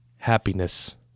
Happiness